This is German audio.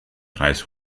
preis